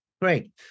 Great